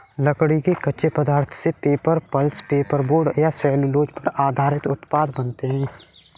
लकड़ी के कच्चे पदार्थ से paper, pulp, paper board, cellulose पर आधारित उत्पाद बनाते हैं